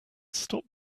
stop